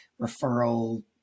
referral